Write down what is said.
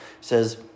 says